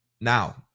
Now